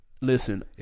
Listen